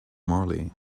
marley